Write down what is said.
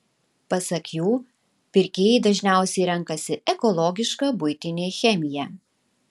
pasak jų pirkėjai dažniausiai renkasi ekologišką buitinę chemiją